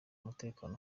umutekano